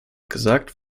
gesagt